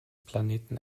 planeten